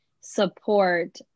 support